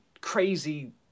crazy